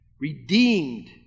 redeemed